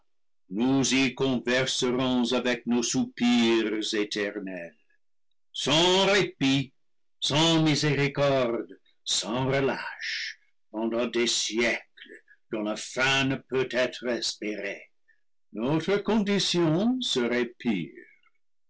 nous y converserons avec nos soupirs éternels sans répit sans miséricorde sans relâche pendant des siècles dont la fin ne peut être espérée notre condition serait pire